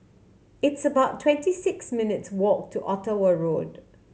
it's about twenty six minutes' walk to Ottawa Road